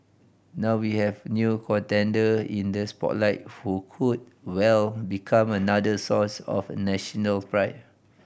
now we have new contender in the spotlight who could well become another source of national pride